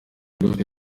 dufite